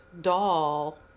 doll